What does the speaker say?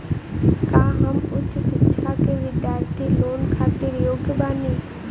का हम उच्च शिक्षा के बिद्यार्थी लोन खातिर योग्य बानी?